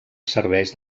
serveix